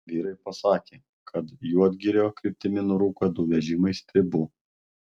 vyrai pasakė kad juodgirio kryptimi nurūko du vežimai stribų